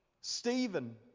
Stephen